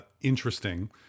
interesting